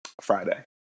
Friday